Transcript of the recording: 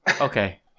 okay